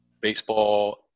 baseball